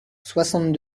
soixante